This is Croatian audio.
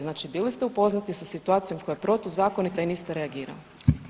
Znači bili ste upoznati sa situacijom koja je protuzakonita i niste reagirali.